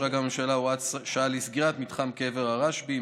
אישרה הממשלה גם הוראת שעה לסגירת קבר הרשב"י,